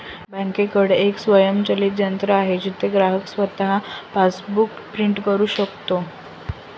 बँकेकडे एक स्वयंचलित यंत्र आहे जिथे ग्राहक स्वतः पासबुक प्रिंट करू शकतो